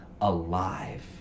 alive